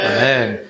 Amen